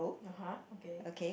(uh huh) okay